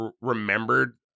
remembered